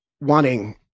wanting